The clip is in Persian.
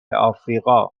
آفریقا